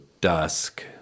dusk